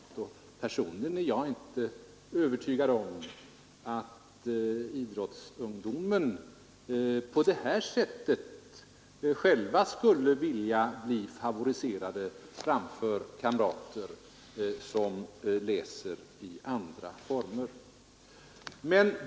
Personligen är jag inte övertygad om att idrottsungdomen själv skulle vilja bli favoriserad på det sättet som interpellationen anvisar framför kamrater som läser i andra former.